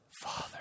father